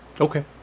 Okay